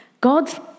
God's